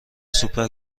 سوپ